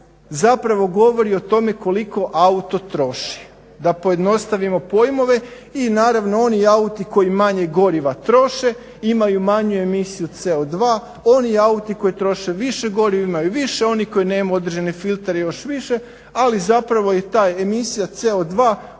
zapravo govori o tome koliko auto troši, da pojednostavimo pojmove i naravno oni auti koji manje goriva troše imaju manju emisiju CO2, oni auti koji troše više goriva imaju više, oni koji nemaju određene filtere još više, ali zapravo je ta emisija CO2 određen